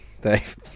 Dave